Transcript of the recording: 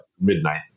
midnight